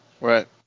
Right